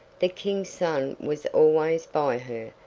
the king's son was always by her,